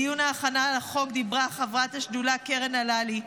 בדיון ההכנה לחוק דיברה חברת השדולה קרן הללי,